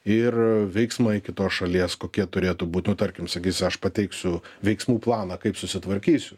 ir veiksmai kitos šalies kokie turėtų būt nu tarkim sakys aš pateiksiu veiksmų planą kaip susitvarkysiu